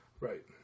Right